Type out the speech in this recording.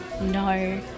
No